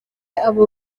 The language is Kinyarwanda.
aba